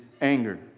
anger